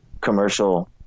commercial